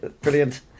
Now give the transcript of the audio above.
Brilliant